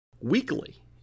weekly